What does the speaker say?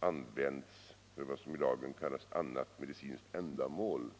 används för vad som i lagen kallas ”annat medicinskt ändamål”.